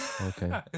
Okay